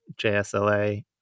JSLA